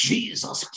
Jesus